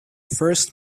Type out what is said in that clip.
first